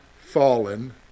fallen